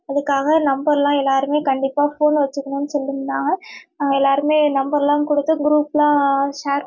அதுக்காக நம்பரெலாம் எல்லாருமே கண்டிப்பாக ஃபோனு வெச்சுக்கணுன்ணு சொல்லிருந்தாங்க எல்லோருமே நம்பரெலாம் கொடுத்து குரூப்பெலாம் ஷேர்